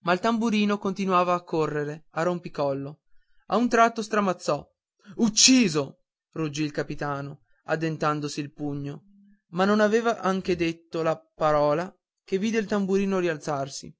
ma il tamburino continuava a correre a rompicollo a un tratto stramazzò ucciso ruggì il capitano addentandosi il pugno ma non aveva anche detto la parola che vide il tamburino rialzarsi